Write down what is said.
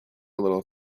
little